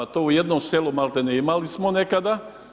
To u jednom selu maltene imali smo nekada.